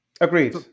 Agreed